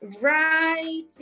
right